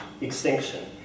extinction